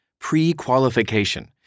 Pre-qualification